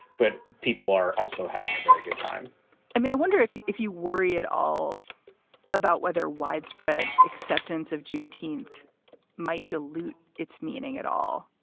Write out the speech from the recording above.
but people are also having a very good time i mean, i wonder if if you worry at all about whether widespread acceptance of juneteenth might dilute its meaning at all.